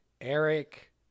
Eric